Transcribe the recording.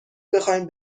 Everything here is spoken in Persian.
بخواین